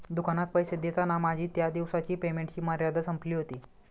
दुकानात पैसे देताना माझी त्या दिवसाची पेमेंटची मर्यादा संपली होती